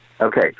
Okay